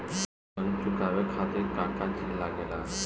ऋण चुकावे के खातिर का का चिज लागेला?